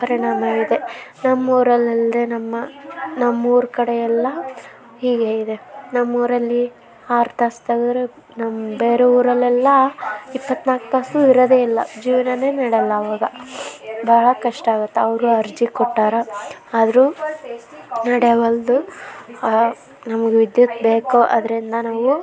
ಪರಿಣಾಮ ಇದೆ ನಮ್ಮ ಊರಲ್ಲಿ ಅಲ್ಲದೆ ನಮ್ಮ ನಮ್ಮ ಊರ ಕಡೆ ಎಲ್ಲ ಹೀಗೆ ಇದೆ ನಮ್ಮ ಊರಲ್ಲಿ ಆರು ತಾಸು ತಗದ್ರೆ ನಮ್ಮ ಬೇರೆ ಊರಲ್ಲೆಲ್ಲ ಇಪ್ಪತ್ತ್ನಾಲ್ಕು ತಾಸು ಇರೋದೇ ಇಲ್ಲ ಜೀವನನೇ ನಡೆಯೋಲ್ಲ ಅವಾಗ ಬಹಳ ಕಷ್ಟ ಆಗತ್ತೆ ಅವರು ಅರ್ಜಿ ಕೊಟ್ಟಾರೆ ಆದರೂ ನಡೆವಲ್ದು ನಮ್ಗೆ ವಿದ್ಯುತ್ ಬೇಕು ಅದರಿಂದ ನಾವು